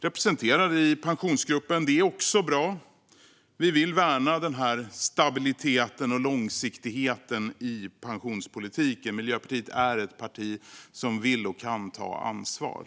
representerat i Pensionsgruppen. Det är också bra. Vi vill värna denna stabilitet och långsiktighet i pensionspolitiken. Miljöpartiet är ett parti som vill och kan ta ansvar.